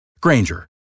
Granger